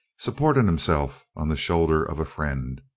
supporting himself on the shoulder of a friend.